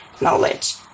knowledge